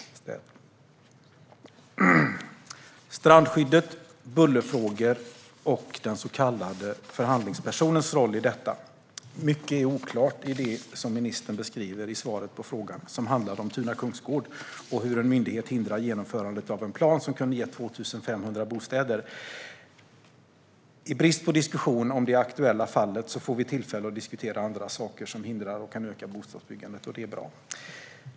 När det gäller strandskyddet, bullerfrågor och den så kallade förhandlingspersonens roll i detta är mycket oklart i det som ministern beskriver i svaret på frågan som handlar om Tuna kungsgård och hur en myndighet hindrar genomförandet av en plan som kunde ha gett 2 500 bostäder. I brist på en diskussion om det aktuella fallet får vi tillfälle att diskutera andra saker som hindrar och saker som kan öka bostadsbyggandet, och det är bra.